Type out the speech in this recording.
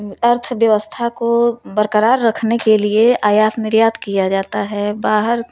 अर्थव्यवस्था को बरकरार रखने के लिए आयात निर्यात किया जाता है बाहर